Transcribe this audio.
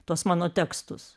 tuos mano tekstus